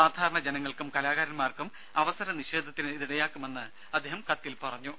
സാധാരണ ജനങ്ങൾക്കും കലാകാരൻമാർക്കും അവസരനിഷേധത്തിന് ഇതിടയാക്കുമെന്നും അദ്ദേഹം കത്തിൽ പറഞ്ഞു